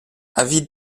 avis